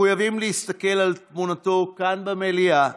אנו מחויבים להסתכל כאן, במליאה,